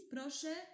Proszę